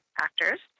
actors